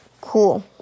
cool